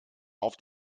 auf